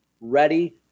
ready